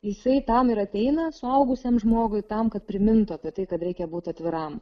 jisai tam ir ateina suaugusiam žmogui tam kad primintų apie tai kad reikia būt atviram